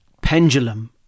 pendulum